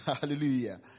Hallelujah